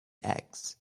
eggs